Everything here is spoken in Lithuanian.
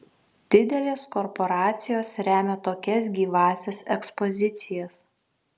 didelės korporacijos remia tokias gyvąsias ekspozicijas